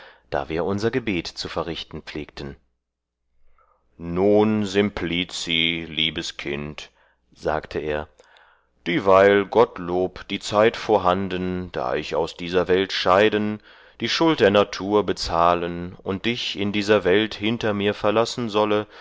da wir unser gebet zu verrichten pflegten nun simplici liebes kind sagte er dieweil gottlob die zeit vorhanden daß ich aus dieser welt scheiden die schuld der natur bezahlen und dich in dieser welt hinter mir verlassen solle